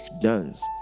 dance